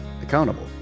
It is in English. Accountable